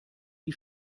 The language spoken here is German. die